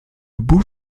beau